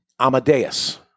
Amadeus